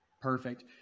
Perfect